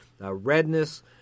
redness